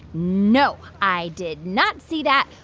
no, i did not see that.